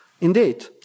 Indeed